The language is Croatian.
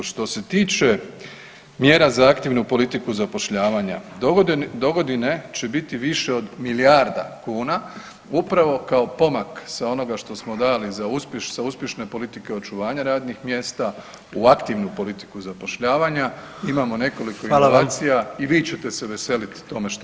Što se tiče mjera za aktivnu politiku zapošljavanja, dogodine će biti više od milijarda kuna upravo kao pomak sa onoga što smo dali sa uspješne politike očuvanja radnih mjesta u aktivnu politiku zapošljavanija [[Upadica predsjednik: Hvala vam.]] imamo nekoliko informacija i vi ćete se veselit tome što